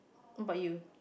what about you